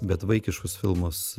bet vaikiškus filmus